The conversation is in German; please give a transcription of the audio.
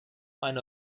eine